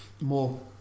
more